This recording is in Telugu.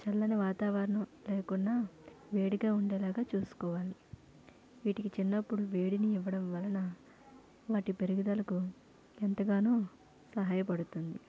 చల్లని వాతావరణం లేకుండా వేడిగా ఉండేలాగ చూస్కోవాలి వీటికి చిన్నప్పుడు వేడిని ఇవ్వడం వలన వాటి పెరుగుదలకు ఎంతగానో సహాయపడుతుంది